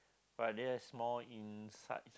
but that is more inside